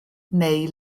neu